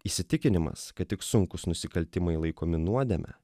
įsitikinimas kad tik sunkūs nusikaltimai laikomi nuodėme